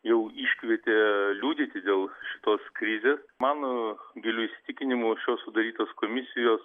jau iškvietė liudyti dėl šitos krizės mano giliu įsitikinimu šios sudarytos komisijos